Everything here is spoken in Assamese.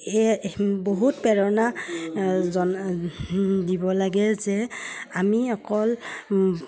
এই বহুত প্ৰেৰণা জনা দিব লাগে যে আমি অকল